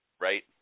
right